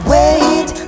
Wait